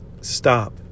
stop